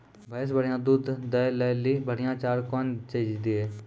भैंस बढ़िया दूध दऽ ले ली बढ़िया चार कौन चीज दिए?